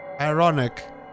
Ironic